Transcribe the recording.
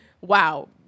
wow